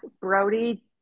Brody